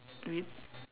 with